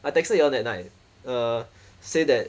I texted you all that night uh say that